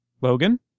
Logan